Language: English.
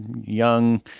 young